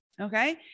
okay